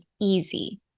easy